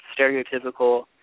stereotypical